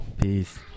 Peace